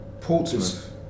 Portsmouth